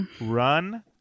run